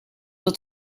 het